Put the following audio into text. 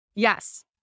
Yes